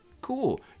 cool